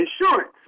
Insurance